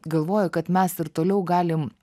galvoju kad mes ir toliau galim